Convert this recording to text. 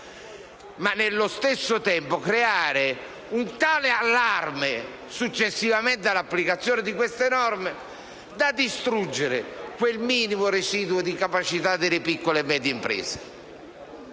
e, allo stesso tempo, creare un tale allarme, successivamente all'applicazione di queste norme, da distruggere quel minimo residuo di capacità delle piccole e medie imprese.